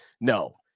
No